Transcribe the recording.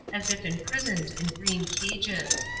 as if imprisoned in green cages.